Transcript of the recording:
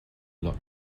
lot